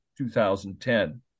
2010